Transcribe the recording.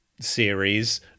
series